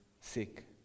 sick